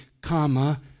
comma